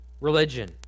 religion